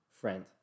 friend